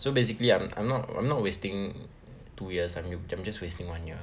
so basically I'm I'm not I'm not wasting two years I I'm just wasting one year